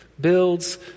builds